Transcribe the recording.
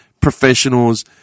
professionals